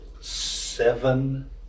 seven